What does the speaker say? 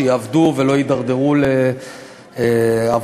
שיעבדו ולא יתדרדרו לעבריינות,